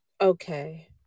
Okay